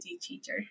teacher